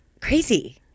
crazy